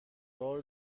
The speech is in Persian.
بار